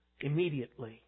immediately